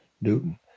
Newton